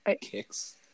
kicks